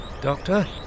Doctor